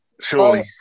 surely